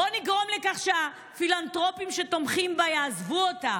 בוא נגרום לכך שהפילנתרופים שתומכים בה יעזבו אותה,